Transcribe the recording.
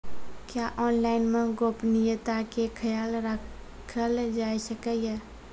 क्या ऑनलाइन मे गोपनियता के खयाल राखल जाय सकै ये?